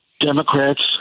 Democrats